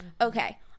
Okay